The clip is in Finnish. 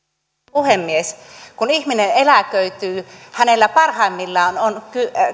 puhemies kun ihminen eläköityy hänellä parhaimmillaan on